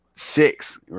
six